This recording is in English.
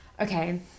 Okay